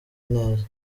neza